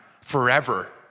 forever